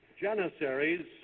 janissaries